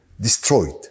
destroyed